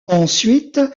ensuite